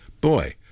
boy